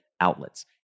outlets